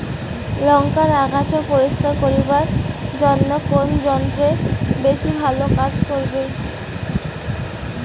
লংকার আগাছা পরিস্কার করিবার জইন্যে কুন যন্ত্র বেশি ভালো কাজ করিবে?